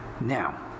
Now